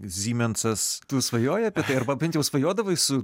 zymensas tu svajoji apie tai arba bent jau svajodavai su